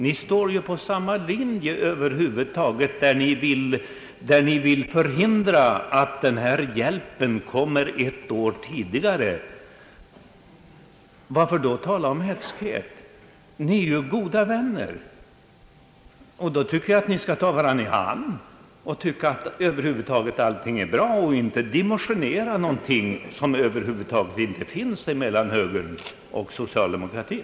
Ni står ju över huvud taget på samma linje då ni vill förhindra att denna hjälp kommer ett år tidigare. Varför då tala om hätskhet! Ni'är ju goda vänner. Då tycker jag ni skall ta varandra i hand och tycka att över huvud taget allting är bra och inte dimensionera något som över huvud taget inte finns mellan högern och socialdemokratin.”